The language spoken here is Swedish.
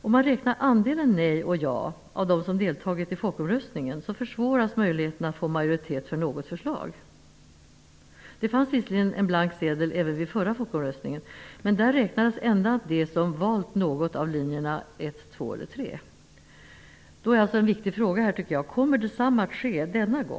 Om man räknar andelen nej och ja av dem som totalt deltagit i folkomröstningen försvåras möjligheten att få majoritet för något förslag! Det fanns visserligen en blank sedel även vid förra folkomröstningen, men där räknades endast de som valt något av linjerna 1, 2 eller 3. Kommer detsamma att ske denna gång? Det tycker jag är en viktig fråga.